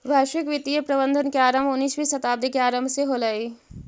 वैश्विक वित्तीय प्रबंधन के आरंभ उन्नीसवीं शताब्दी के आरंभ से होलइ